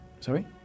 Sorry